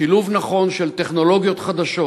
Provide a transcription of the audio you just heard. שילוב נכון של טכנולוגיות חדשות,